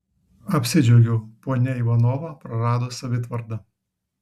apsidžiaugiau ponia ivanova prarado savitvardą